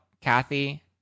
Kathy